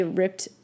ripped